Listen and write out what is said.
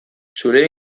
zure